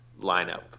lineup